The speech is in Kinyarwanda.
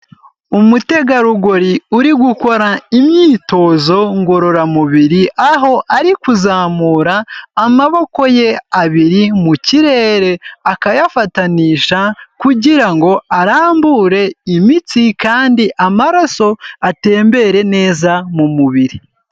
Umutegarugori uri gukora imyitozo ngororamubiri aho ari kuzamura amaboko ye abiri mukirere akayafatanisha kugira ngo arambure imitsi kandi amaraso atembere neza mu mubiri.